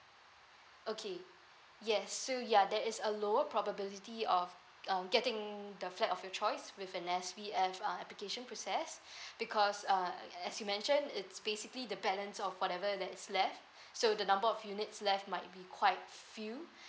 okay yes so ya that is a lower probability of um getting the flat of your choice with an S_B_F ah application process because uh as you mentioned it's basically the balance of whatever that is left so the number of units left might be quite few